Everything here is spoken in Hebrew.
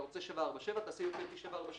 אם רוצים 747, עושים UPRT ל-747.